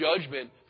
judgment